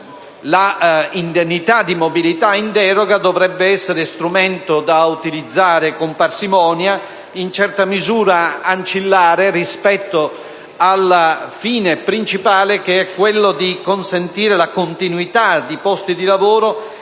l'indennità di mobilità in deroga dovrebbe essere strumento da utilizzare con parsimonia, in certa misura ancillare, rispetto al fine principale che è quello di consentire la continuità di posti di lavoro e di attività